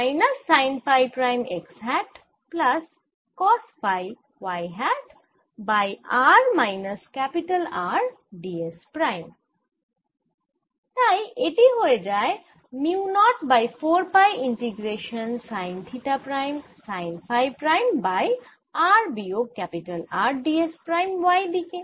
তাই এটি হয়ে যায় mu naught by 4 pi integration sine theta prime sine phi prime by r বিয়োগ R d s prime y দিকে